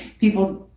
people